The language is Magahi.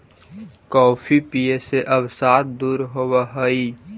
कॉफी पीये से अवसाद दूर होब हई